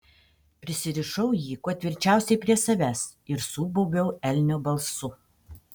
prisirišau jį kuo tvirčiausiai prie savęs ir subaubiau elnio balsu